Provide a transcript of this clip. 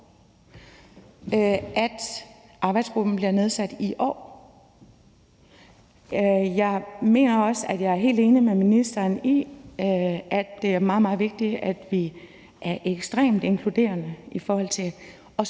at arbejdsgruppen bliver nedsat i år. Jeg er også helt enig med ministeren i, at det er meget, meget vigtigt, at vi er ekstremt inkluderende, også op til at